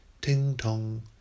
ting-tong